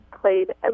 played